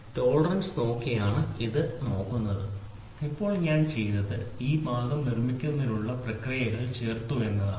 tolerance നോക്കിയാണ് നിങ്ങൾ ഇത് നോക്കുന്നത് ഇപ്പോൾ ഞാൻ ചെയ്തത് ഈ ഭാഗം നിർമ്മിക്കുന്നതിനുള്ള പ്രക്രിയകൾ ചേർത്തു എന്നതാണ്